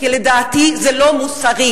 כי לדעתי זה לא מוסרי.